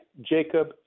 Jacob